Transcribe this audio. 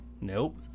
Nope